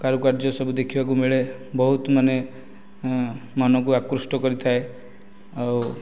କାରୁକାର୍ଯ୍ୟସବୁ ଦେଖିବାକୁ ମିଳେ ବହୁତ ମାନେ ମନକୁ ଆକୃଷ୍ଟ କରିଥାଏ ଆଉ